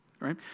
Right